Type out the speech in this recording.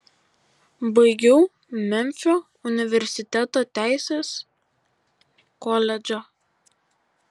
baigiau memfio universiteto teisės koledžą